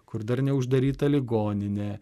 kur dar neuždaryta ligoninė